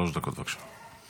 שלוש דקות, בבקשה.